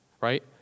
right